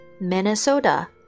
Minnesota